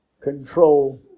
control